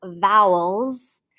vowels